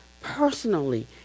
personally